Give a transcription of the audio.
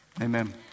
Amen